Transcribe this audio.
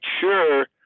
sure